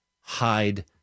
hide